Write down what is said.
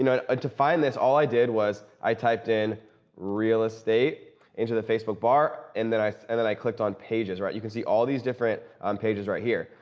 you know, ah to find this all i did was i typed in real estate into the facebook bar. and then i. and then i clicked on pages, right? you can see all these different on pages right here.